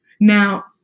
Now